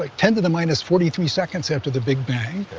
like ten to the minus forty three seconds after the big bang,